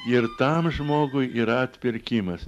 ir tam žmogui yra atpirkimas